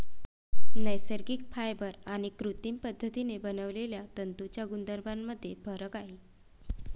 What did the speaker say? नैसर्गिक फायबर आणि कृत्रिम पद्धतीने बनवलेल्या तंतूंच्या गुणधर्मांमध्ये फरक आहे